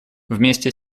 вместе